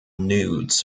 nudes